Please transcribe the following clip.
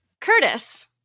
Curtis